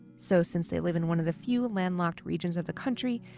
so since they live in one of the few landlocked regions of the country,